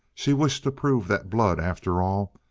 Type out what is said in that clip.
she wished to prove that blood, after all,